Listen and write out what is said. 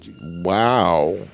wow